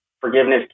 forgiveness